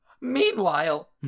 Meanwhile